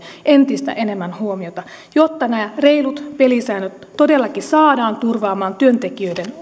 entistä enemmän huomiota jotta nämä reilut pelisäännöt todellakin saadaan turvaamaan työntekijöiden